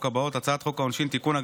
הבאות: 1. הצעת חוק העונשין (תיקון,